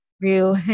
real